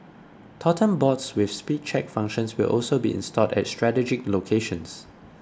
totem boards with speed check functions will also be installed at strategic locations